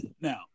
now